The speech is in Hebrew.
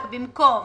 רק במקום